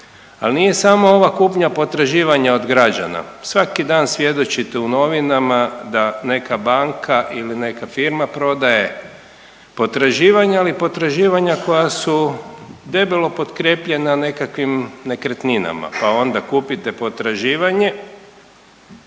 Ali nije samo ova kupnja potraživanja od građana. Svaki dan svjedočite u novinama da neka banka ili neka firma prodaje potraživanja, ali potraživanja koja su debelo potkrijepljena nekakvim nekretninama, pa onda kupite potraživanje